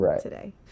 today